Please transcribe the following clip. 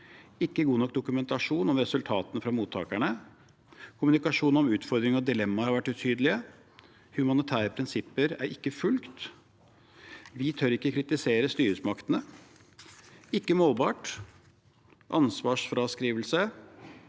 ikke god nok dokumentasjon om resultatene fra mottakerne, kommunikasjon om utfordringer og dilemmaer har vært utydelig, humanitære prinsipper er ikke fulgt, vi tør ikke kritisere styresmaktene, ikke målbart, ansvarsfraskrivelse,